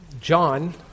John